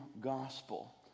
gospel